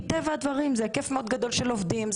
מטבע הדברים זה היקף מאוד גדול של עובדים,